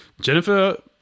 Jennifer